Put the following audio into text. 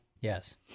Yes